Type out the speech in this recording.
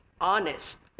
honest